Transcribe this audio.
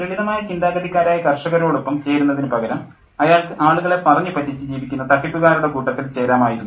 ലളിതമായ ചിന്താഗതിക്കാരായ കർഷകരോടൊപ്പം ചേരുന്നതിനു പകരം അയാൾക്ക് ആളുകളെ പറഞ്ഞു പറ്റിച്ച് ജീവിക്കുന്ന തട്ടിപ്പുകാരുടെ കൂട്ടത്തിൽ ചേരാമായിരുന്നു